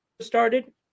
started